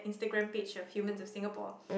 instagram page of humans of Singapore